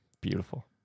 beautiful